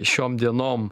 šiom dienom